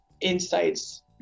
insights